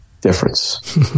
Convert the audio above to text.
difference